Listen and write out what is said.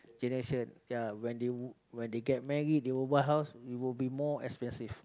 K next year ya when they when they get married they will buy house it will be more expensive